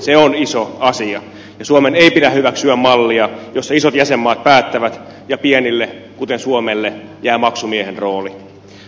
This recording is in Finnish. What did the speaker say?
se on iso asia ja suomen ei pidä hyväksyä mallia jossa isot jäsenmaat päättävät ja pienille kuten suomelle jää maksumiehen rooli